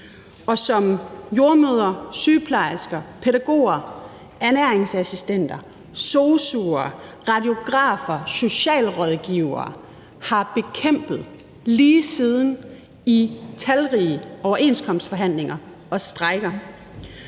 og som jordemødre, sygeplejersker, pædagoger, ernæringsassistenter, sosu'er, radiografer, socialrådgivere har bekæmpet lige siden i talrige overenskomstforhandlinger og strejker.